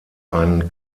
einen